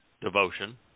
devotion